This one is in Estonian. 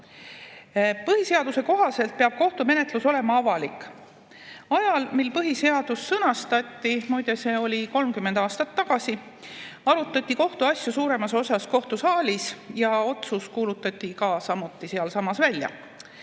Põhiseaduse kohaselt peab kohtumenetlus olema avalik. Ajal, mil põhiseadus sõnastati – muide, see oli 30 aastat tagasi –, arutati kohtuasju suuremas osas kohtusaalis ja otsus kuulutati samuti sealsamas välja.